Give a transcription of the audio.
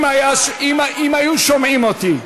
אם היו שומעים אותי.